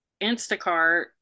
Instacart